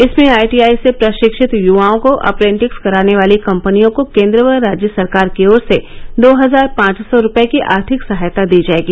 इसमें आईटीआई से प्रशिक्षित युवाओं को अप्रॅटिस कराने वाली कंपनियों को केंद्र व राज्य सरकार की ओर से दो हजार पांच सौ रूपए की आर्थिक सहायता दी जाएगी